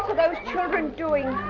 ah those children doing?